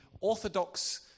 orthodox